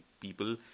people